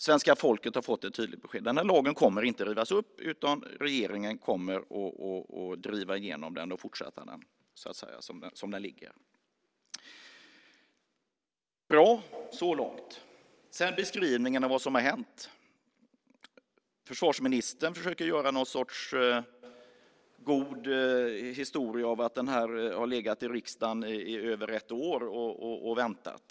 Svenska folket har fått ett tydligt besked: Den här lagen kommer inte att rivas upp, utan regeringen kommer att driva igenom den som den ligger. Så långt är det bra. När det gäller beskrivningen av vad som har hänt försöker försvarsministern göra någon sorts god historia av att lagen har legat i riksdagen i över ett år och väntat.